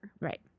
Right